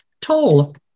Toll